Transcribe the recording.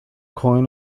coin